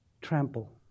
trample